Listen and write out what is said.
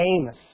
Amos